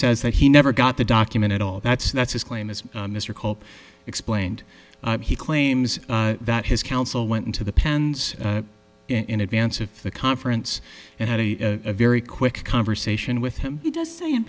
says that he never got the document at all that's that's his claim as mr culp explained he claims that his counsel went into the pens in advance of the conference and had a very quick conversation with him he does say in